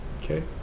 okay